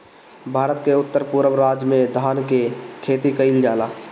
भारत के उत्तर पूरब राज में धान के खेती कईल जाला